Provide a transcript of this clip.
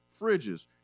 fridges